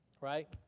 Right